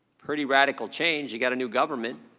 pretty radical change, you got a new government.